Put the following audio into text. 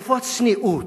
איפה הצניעות?